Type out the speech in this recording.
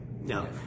No